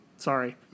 Sorry